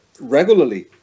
regularly